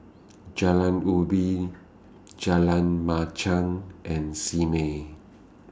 Jalan Ubi Jalan Machang and Simei